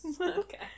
Okay